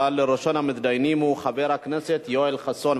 אבל ראשון המתדיינים הוא חבר הכנסת יואל חסון.